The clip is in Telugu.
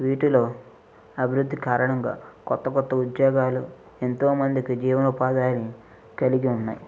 వీటిలో అభివృద్ధి కారణంగా కొత్త కొత్త ఉద్యోగాలు ఎంతోమందికి జీవనోపాదులు కలిగి ఉన్నాయి